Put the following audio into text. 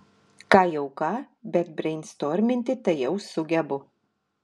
ką jau ką bet breinstorminti tai jau sugebu